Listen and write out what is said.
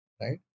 right